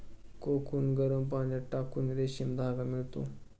cocoon गरम पाण्यात टाकून रेशीम धागा मिळतो